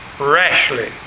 rashly